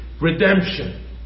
redemption